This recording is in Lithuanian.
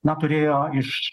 na turėjo iš